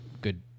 good